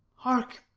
hark!